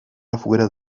afuera